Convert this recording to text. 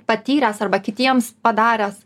patyręs arba kitiems padaręs